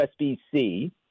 USB-C